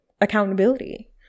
accountability